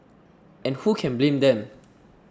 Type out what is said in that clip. and who can blame them